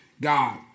God